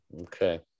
Okay